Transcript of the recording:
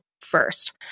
first